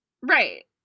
Right